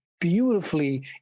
beautifully